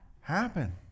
happen